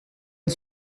une